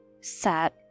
sad